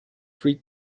three